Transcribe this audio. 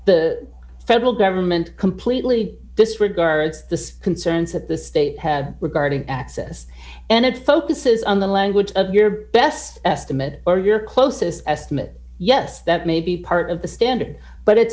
the federal government completely disregards the concerns that the state had regarding access and it focuses on the language of your best estimate or your closest estimate yes that may be part of the standard but it's